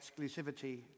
exclusivity